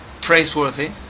praiseworthy